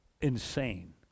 Insane